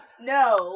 No